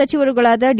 ಸಚಿವರುಗಳಾದ D